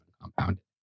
compounded